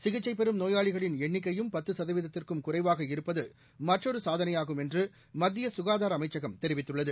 சிகிச்சை பெறும் நோயாளிகளின் எண்ணிக்கைபும் பத்து சதவீதத்திற்கும் குறைவாக இருப்பது மற்றொரு சாதனையாகும் என்று மத்திய சுகாதார அமைச்சகம் தெரிவித்துள்ளது